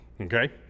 Okay